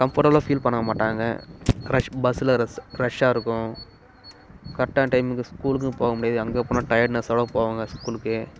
கம்ஃபர்டபுலா feel பண்ணவும் மாட்டாங்க crush பஸ்ஸில் ரஷ் ரஷ்ஷாக இருக்கும் கரெக்டான டைமுக்கு ஸ்கூலுக்கும் போக முடியாது அங்கே போனால் டயர்ட்னஸ்ஸோடு போவாங்க ஸ்கூலுக்கு